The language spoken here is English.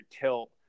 tilt